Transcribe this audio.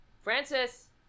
Francis